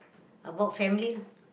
about family